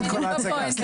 פספסתי את כל ההצגה.